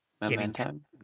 momentum